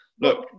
look